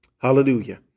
Hallelujah